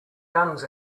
guns